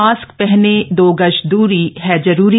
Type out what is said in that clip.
mask पहनें दो गज दूरी है जरूरी